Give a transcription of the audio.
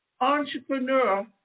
entrepreneur